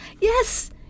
Yes